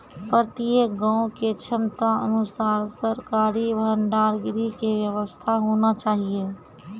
प्रत्येक गाँव के क्षमता अनुसार सरकारी भंडार गृह के व्यवस्था होना चाहिए?